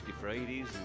Fridays